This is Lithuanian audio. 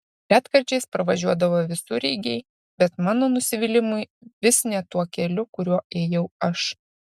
retkarčiais pravažiuodavo visureigiai bet mano nusivylimui vis ne tuo keliu kuriuo ėjau aš